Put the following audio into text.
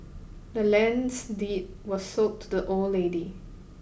the land's deed was sold to the old lady